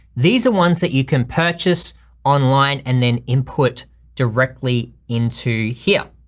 these are ones that you can purchase online and then input directly into here.